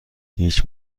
هیچ